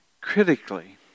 critically